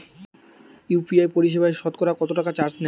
UPI পরিসেবায় সতকরা কতটাকা চার্জ নেয়?